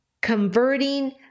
converting